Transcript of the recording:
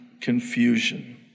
confusion